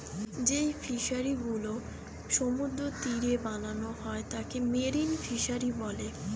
যেই ফিশারি গুলো সমুদ্রের তীরে বানানো হয় তাকে মেরিন ফিসারী বলে